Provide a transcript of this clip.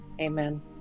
Amen